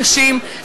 הקשים,